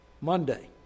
Monday